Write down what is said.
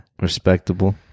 Respectable